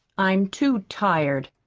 i'm too tired.